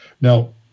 Now